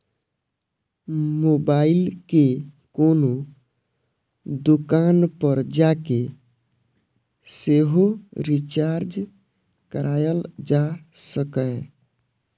mobile कें कोनो दोकान पर जाके सेहो रिचार्ज कराएल जा सकैए